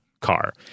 car